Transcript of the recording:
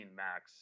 max